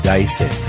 Dyson